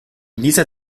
dieser